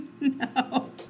No